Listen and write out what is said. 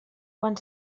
quan